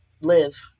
live